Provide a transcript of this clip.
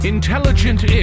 Intelligent